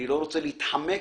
אני לא רוצה להתחמק,